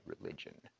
religion